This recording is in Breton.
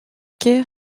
kêr